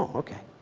okay.